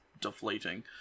deflating